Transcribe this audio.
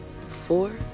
four